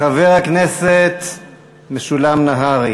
חבר הכנסת משולם נהרי,